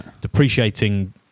depreciating